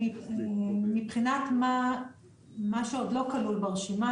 מבחינת מה שעוד לא כלול ברשימה,